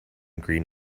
green